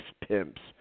pimps